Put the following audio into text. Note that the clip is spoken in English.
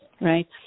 right